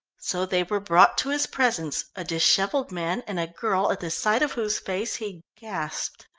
so they were brought to his presence, a dishevelled man and a girl at the sight of whose face, he gasped.